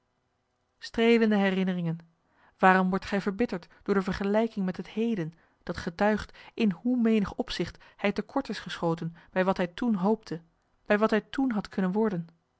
streelende herinneringen waarom wordt gij verbitterd door de vergelijking met het heden dat getuigt in hoe menig opzigt hij te kort is geschoten bij wat hij toen hoopte bij wat hij toen had kunnen worden